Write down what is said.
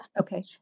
Okay